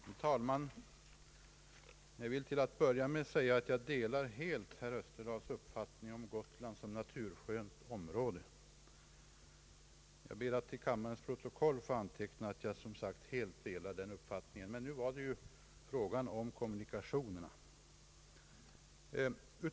Herr talman! Jag vill till att börja med framhålla att jag helt instämmer i herr Österdahls uppfattning om Gotland såsom ett naturskönt område. Jag ber att till kammarens protokoll få anteckna detta. Nu var det dock fråga om kommunikationerna.